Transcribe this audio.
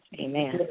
Amen